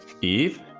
Eve